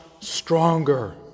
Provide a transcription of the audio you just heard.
stronger